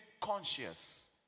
conscious